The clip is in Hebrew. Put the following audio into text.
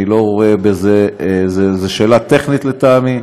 אני לא רואה בזה, זו שאלה טכנית, לטעמי,